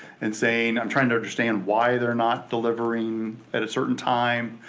and saying i'm trying to understand why they're not delivering at a certain time.